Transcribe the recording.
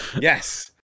Yes